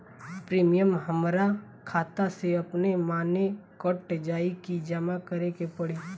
Premium हमरा खाता से अपने माने कट जाई की जमा करे के पड़ी?